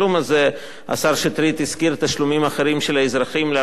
השר שטרית הזכיר תשלומים אחרים של האזרחים לערוצי טלוויזיה אחרים,